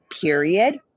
period